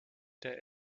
der